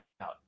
out